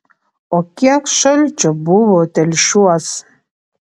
o kiek šalčio buvo telšiuos